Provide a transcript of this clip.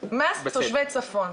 מס תושבי צפון.